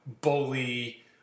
bully